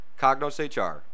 CognosHR